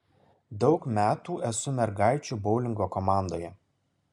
daug metų esu mergaičių boulingo komandoje